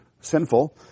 sinful